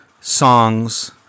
songs